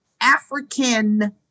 African